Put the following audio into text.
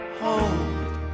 hold